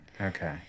okay